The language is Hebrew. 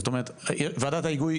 זאת אומרת וועדת ההיגוי,